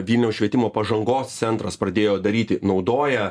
vilniaus švietimo pažangos centras pradėjo daryti naudoja